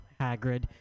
Hagrid